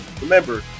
Remember